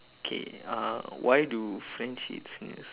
okay uh why do french eat snails